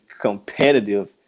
competitive